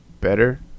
better